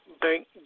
Bank